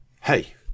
Hey